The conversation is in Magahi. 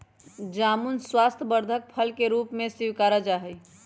जामुन स्वास्थ्यवर्धक फल के रूप में स्वीकारा जाहई